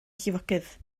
llifogydd